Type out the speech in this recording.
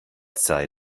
sei